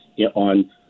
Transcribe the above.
on